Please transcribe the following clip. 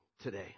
today